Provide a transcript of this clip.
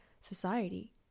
society